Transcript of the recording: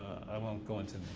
i won't go into,